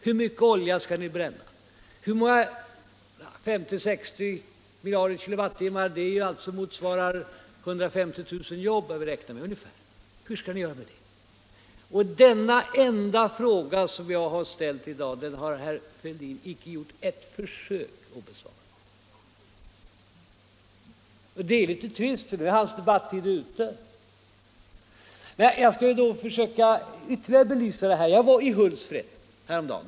Hur mycket olja skall ni bränna? Vi räknar med att 50-60 miljarder kWh motsvarar ungefär 150 000 jobb. Hur skall ni göra med det? Denna enda fråga som jag har ställt i dag har herr Fälldin icke gjort något försök att besvara. Det är litet trist, för nu är hans debattid ute. Jag skall försöka ytterligare belysa detta. Jag var häromdagen i Hultsfred.